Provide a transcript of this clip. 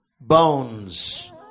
bones